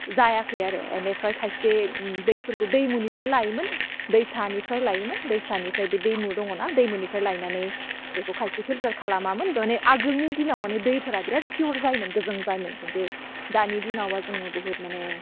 जायाखै आरो एनिफ्राय खायसे दैफोरखौ दैमुनिफ्राय लायोमोन दैसानिफ्राय लायोमोन दैसानिफ्राय बे दैमु दङना दैमुनिफ्राय लायनानै बेखौ खायसे फिल्टार खालामामोन माने आगोलनि दिनाव माने दैफोरा बिराद फिअर जायोमोन गोजों जायोमोन खिन्थु दानि दिनावबा जोङो बहुद माने